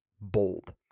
bold